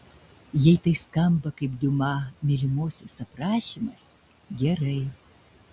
jei tai skamba kaip diuma mylimosios aprašymas gerai